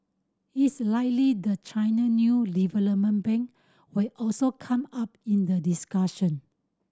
it's likely the China new development bank will also come up in the discussion